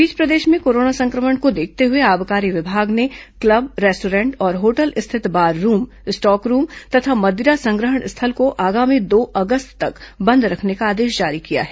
इस बीच प्रदेश में कोरोना संक्रमण को देखते हुए आबकारी विभाग ने क्लब रेस्टॉरेंट और होटल स्थित बार रूम स्टॉक रूम तथा मदिरा संग्रहण स्थल को आगामी दो अगस्त तक बंद रखने का आदेश जारी किया है